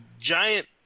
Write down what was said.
giant